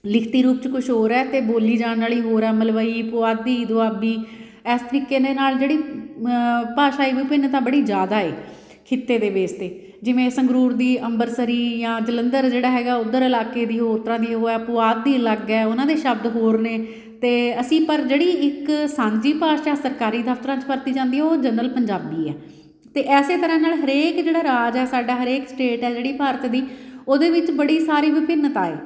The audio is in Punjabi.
ਲਿਖਤੀ ਰੂਪ 'ਚ ਕੁਛ ਹੋਰ ਹੈ ਅਤੇ ਬੋਲੀ ਜਾਣ ਵਾਲੀ ਹੋਰ ਹੈ ਮਲਵਈ ਪੁਆਧੀ ਦੁਆਬੀ ਇਸ ਤਰੀਕੇ ਦੇ ਨਾਲ ਜਿਹੜੀ ਭਾਸ਼ਾ ਵਿਭਿੰਨਤਾ ਬੜੀ ਜ਼ਿਆਦਾ ਹੈ ਖਿੱਤੇ ਦੇ ਬੇਸ 'ਤੇ ਜਿਵੇਂ ਸੰਗਰੂਰ ਦੀ ਅੰਬਰਸਰੀ ਜਾਂ ਜਲੰਧਰ ਜਿਹੜਾ ਹੈਗਾ ਉਧਰ ਇਲਾਕੇ ਦੀ ਹੋਰ ਤਰ੍ਹਾਂ ਦੀ ਉਹ ਹੈ ਪੁਆਧ ਦੀ ਅਲੱਗ ਹੈ ਉਹਨਾਂ ਦੇ ਸ਼ਬਦ ਹੋਰ ਨੇ ਅਤੇ ਅਸੀਂ ਪਰ ਜਿਹੜੀ ਇੱਕ ਸਾਂਝੀ ਭਾਸ਼ਾ ਸਰਕਾਰੀ ਦਫਤਰਾਂ 'ਚ ਵਰਤੀ ਜਾਂਦੀ ਉਹ ਜਰਨਲ ਪੰਜਾਬੀ ਹੈ ਅਤੇ ਇਸੇ ਤਰ੍ਹਾਂ ਨਾਲ ਹਰੇਕ ਜਿਹੜਾ ਰਾਜ ਹੈ ਸਾਡਾ ਹਰੇਕ ਸਟੇਟ ਹੈ ਜਿਹੜੀ ਭਾਰਤ ਦੀ ਉਹਦੇ ਵਿੱਚ ਬੜੀ ਸਾਰੀ ਵਿਭਿੰਨਤਾ ਹੈ